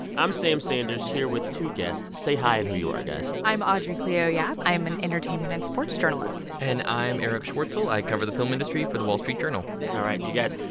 i'm sam sanders here with two guests. say hi and who you are, guys i'm audrey cleo yap. i am an entertainment and sports journalist and i'm erich schwartzel. i cover the film industry for the wall street journal all right, you guys,